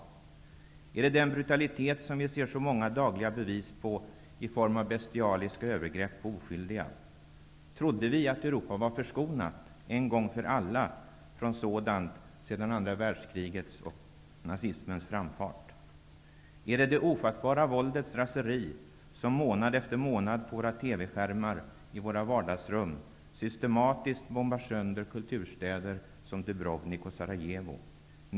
Beror det på den brutalitet som vi ser så många dagliga bevis på i form av bestialiska övergrepp på oskyldiga? Trodde vi att Europa var förskonat, en gång för alla, från sådant sedan andra världskrigets och nazismens framfart? Beror det på det ofattbara våldets raseri, där man månad efter månad, som vi kan följa på TV skärmarna i våra vardagsrum, systematiskt bombar sönder kulturstäder som Dubrovnik och Sarajevo?